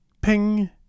ping